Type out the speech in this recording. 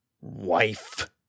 wife